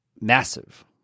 massive